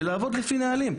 ולעבוד לפי נהלים.